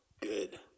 Good